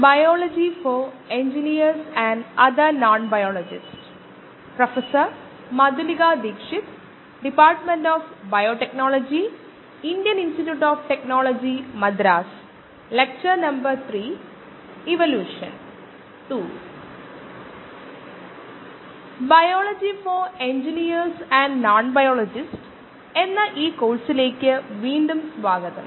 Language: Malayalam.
10 മണിക്കൂർ ദൈർഘ്യമുള്ള കോഴ്സായ ബയോ റിയാക്ടറുകളെക്കുറിച്ചുള്ള NPTEL ഓൺലൈൻ സർട്ടിഫിക്കേഷൻ കോഴ്സിലെ പ്രഭാഷണ നമ്പർ 3 ലേക്ക് സ്വാഗതം